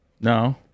No